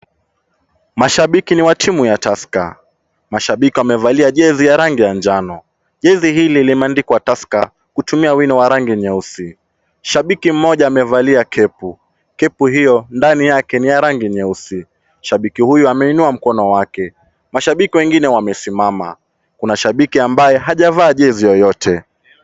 Mashabiki ni wa timu ya Tusker. Mashabiki wamevalia jezi ya rangi ya njano. Jezi hili limeandikwa Tusker kutumia wino wa rangi nyeusi. Shabiki mmoja amevalia kepu . Kepu hiyo ndani yake ni ya rangi nyeusi. Shabiki huyu ameinua mkono wake. Mashabiki wengine wamesimama. Kuna shabiki ambaye hajavaa jezi yoyote.